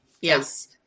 Yes